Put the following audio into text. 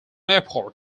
airport